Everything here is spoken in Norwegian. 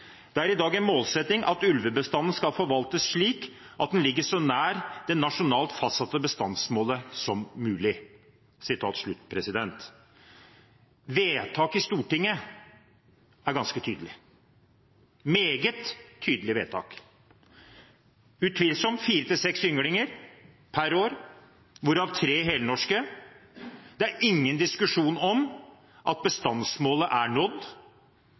Det er i dag en målsetting at ulvebestanden skal forvaltes slik at den ligger så nær det nasjonalt fastsatte bestandsmålet som mulig.» Vedtaket i Stortinget er ganske tydelig – et meget tydelig vedtak. Det skal utvilsomt være 4–6 ynglinger per år, hvorav tre helnorske. Det er ingen diskusjon om at bestandsmålet er nådd,